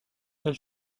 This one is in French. elle